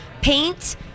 paint